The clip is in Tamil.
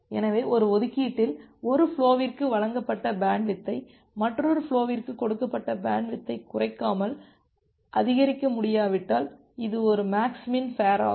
எனவேஒரு ஒதுக்கீட்டில் ஒரு ஃபுலோவிற்கு வழங்கப்பட்ட பேண்ட்வித்தை மற்றொரு ஃபுலோவிற்கு கொடுக்கப்பட்ட பேண்ட்வித்தை குறைக்காமல் அதிகரிக்க முடியாவிட்டால் இது ஒரு மேக்ஸ் மின் ஃபேர் ஆகும்